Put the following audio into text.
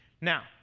Now